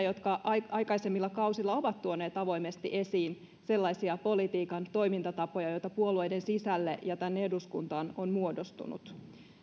jotka aikaisemmilla kausilla ovat tuoneet avoimesti esiin sellaisia politiikan toimintatapoja joita puolueiden sisälle ja tänne eduskuntaan on muodostunut